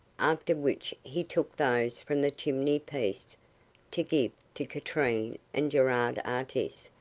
after which he took those from the chimney-piece to give to katrine and gerard artis,